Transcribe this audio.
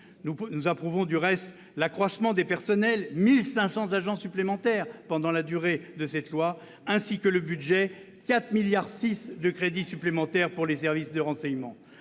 Nous approuvons du reste l'accroissement des personnels- 1 500 agents supplémentaires -pendant la durée d'application de la loi, ainsi que la hausse du budget, soit 4,6 milliards d'euros de crédits supplémentaires pour les services de renseignement.